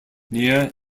near